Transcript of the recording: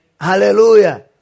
Hallelujah